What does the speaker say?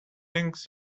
rings